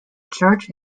church